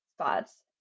spots